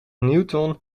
newton